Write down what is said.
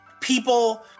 people